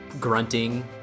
grunting